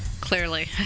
Clearly